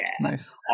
Nice